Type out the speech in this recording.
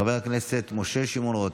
חברת הכנסת מיכל שיר סגמן,